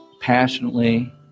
Passionately